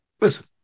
listen